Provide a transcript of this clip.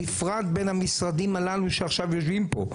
בפרט בין המשרדים הללו שעכשיו יושבים פה.